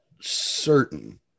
certain